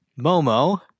Momo